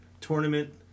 tournament